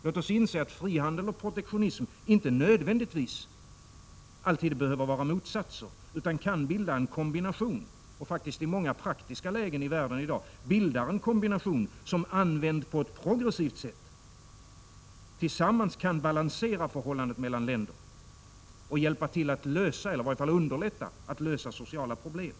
Låt oss inse att frihandel och protektionism inte nödvändigtvis behöver vara motsatser utan kan bilda, och i många praktiska lägen i världen i dag faktiskt också bildar en kombination som, använd på ett progressivt sätt, tillsammans kan balansera förhållandet mellan länder och hjälpa till att lösa sociala problem.